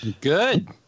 Good